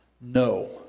No